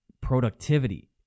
productivity